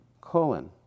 colon